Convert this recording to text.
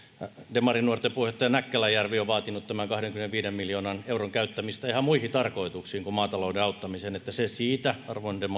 demarinuorten puheenjohtaja näkkäläjärvi on vaatinut tämän kahdenkymmenenviiden miljoonan euron käyttämistä ihan muihin tarkoituksiin kuin maatalouden auttamiseen että se siitä arvon